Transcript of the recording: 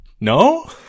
No